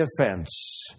defense